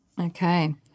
Okay